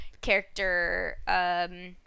character